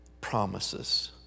promises